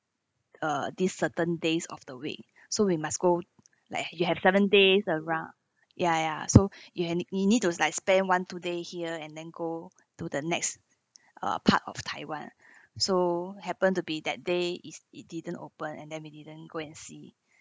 uh this certain days of the week so we must go like you have seven days around ya ya so you ha~ you need to like spend one two day here and then go to the next uh part of taiwan so happen to be that day is it didn't open and then we didn't go and see